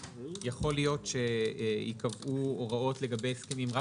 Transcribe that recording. יכול להיות שייקבעו הוראות לגבי הסכמים רק